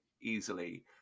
easily